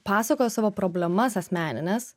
pasakojo savo problemas asmenines